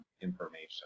information